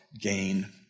gain